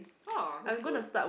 oh that's good